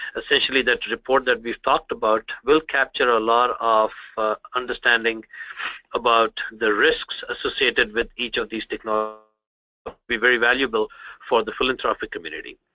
essentially that report that we've talked about will capture a lot of understanding about the risks associated with each of these technologies will be very valuable for the philanthropic community.